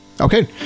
Okay